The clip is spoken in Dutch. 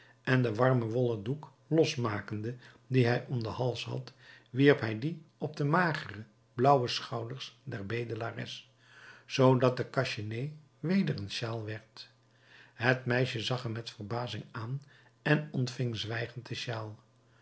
en den warmen wollen doek losmakende dien hij om den hals had wierp hij dien op de magere blauwe schouders der bedelares zoodat de cache-nez weder een sjaal werd het meisje zag hem met verbazing aan en ontving zwijgend de sjaal